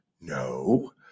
No